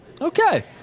Okay